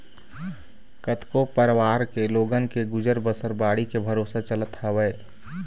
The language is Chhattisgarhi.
कतको परवार के लोगन के गुजर बसर बाड़ी के भरोसा चलत हवय